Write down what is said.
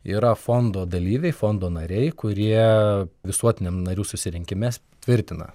yra fondo dalyviai fondo nariai kurie visuotiniam narių susirinkime tvirtina